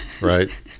right